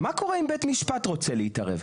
מה קורה אם בית משפט רוצה להתערב.